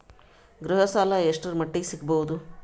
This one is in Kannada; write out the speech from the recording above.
ಗೃಹ ಸಾಲ ಎಷ್ಟರ ಮಟ್ಟಿಗ ಸಿಗಬಹುದು?